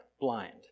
blind